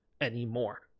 anymore